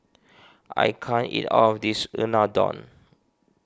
I can't eat all of this Unadon